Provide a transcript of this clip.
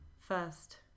first